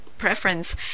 preference